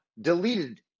Deleted